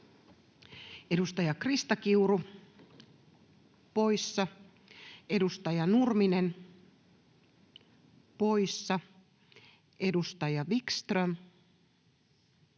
Edustaja Krista Kiuru, poissa. Edustaja Nurminen, poissa. — Edustaja Wickström.